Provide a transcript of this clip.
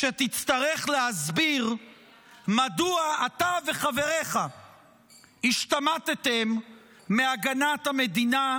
כשתצטרך להסביר מדוע אתה וחבריך השתמטתם מהגנת המדינה,